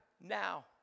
now